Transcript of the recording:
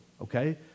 okay